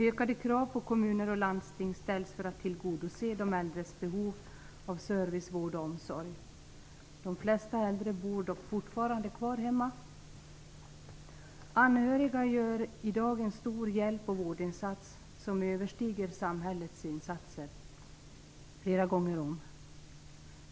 Ökade krav ställs på kommuner och landsting för att tillgodose de äldres behov av service, vård och omsorg. De flesta äldre bor dock fortfarande kvar hemma. Anhöriga gör i dag en stor hjälp och vårdinsats som överstiger samhällets insatser flera gånger om.